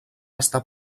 estar